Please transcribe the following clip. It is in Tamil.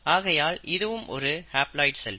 ஆகையால் இதுவும் ஒரு ஹேப்லாய்டு செல்